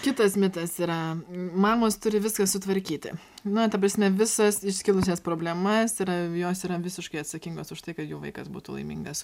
kitas mitas yra mamos turi viską sutvarkyti na ta prasme visas iškilusias problemas ir jos yra visiškai atsakingos už tai kad jų vaikas būtų laimingas